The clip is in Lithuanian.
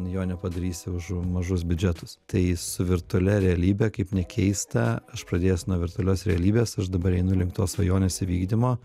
jo nepadarysi už mažus biudžetus tai su virtualia realybe kaip nekeista aš pradėjęs nuo virtualios realybės aš dabar einu link tos svajonės įvykdymo